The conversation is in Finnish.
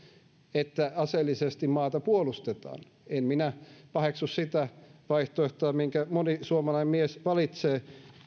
että aseellisesti maata puolustetaan en minä paheksu sitä vaihtoehtoa minkä moni suomalainen mies valitsee